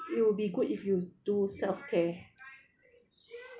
it'll be good if you do self care